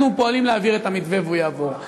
אנחנו פועלים להעביר את המתווה והוא יעבור.